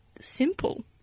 simple